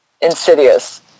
insidious